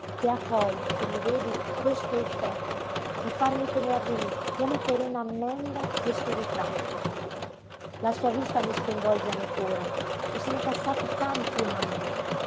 che ha poi come vedi questo effetto di farmi tener lí come per un'ammenda questo ritratto la sua vista mi sconvolge ancora e sono passati tanti anni